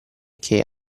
che